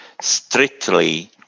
strictly